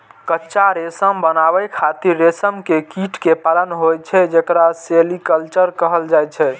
कच्चा रेशम बनाबै खातिर रेशम के कीट कें पालन होइ छै, जेकरा सेरीकल्चर कहल जाइ छै